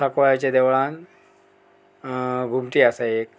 साकोळ्याच्या देवळान घुमटी आसा एक